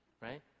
right